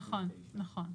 נכון, נכון.